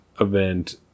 event